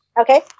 Okay